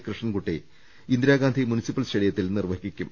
Krishnankutty Indira Gandhi municipal സ്റ്റേഡിയ ത്തിൽ നിർവഹിക്കും